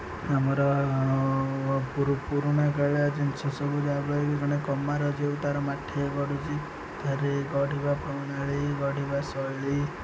ଆମର ପୁରୁଣାକାଳିଆ ଜିନିଷ ସବୁ ଯାହା ମାନେ କମାର ଯେଉଁ ତା'ର ମାଠିଆ ଗଢ଼ୁଛି ତାହାର ଗଢ଼ିବା ପ୍ରଣାଳୀ ଗଢ଼ିବା ଶୈଳୀ